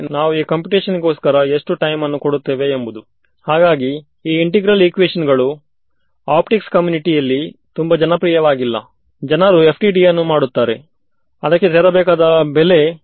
ಆಗ ನೀವು ಈ ಅಪ್ರಾಕ್ಸಿಮೇಶನ್ ಅನ್ನು ಉಪಯೋಗಿಸಬೇಕು ಹಾಗು ನೀವು ಇದನ್ನು ಉಪಯೋಗಿಸುವಾಗ r ನ ವ್ಯಾಲ್ಯು ಕ್ಯಾನ್ಸಲ್ ಆಗುತ್ತದೆ ನೀವು ಯಾವುದನ್ನೂ ಸಬ್ಸ್ಟಿಟ್ಯುಟ್ ಮಾಡಬೇಕಾಗಿಲ್ಲ ಎಲ್ಲಾದರು ನೀವು ಸಬ್ಸ್ಟಿಟ್ಯುಟ್ ಮಾಡಿದ್ದಾದರೆ ಅದು ತಪ್ಪಾಗಿ ಪರಿಣಮಿಸುತ್ತದೆ